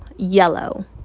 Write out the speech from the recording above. yellow